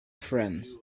friends